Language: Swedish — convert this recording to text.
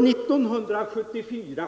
År 1974